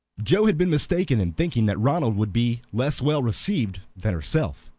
joe had been mistaken in thinking that ronald would be less well received than herself.